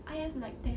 I have like ten